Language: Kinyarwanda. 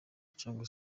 cyangwa